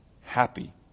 happy